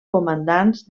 comandants